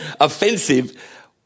offensive